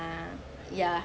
ah ya